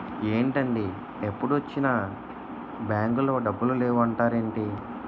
ఏంటండీ ఎప్పుడొచ్చినా బాంకులో డబ్బులు లేవు అంటారేంటీ?